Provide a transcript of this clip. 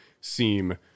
seem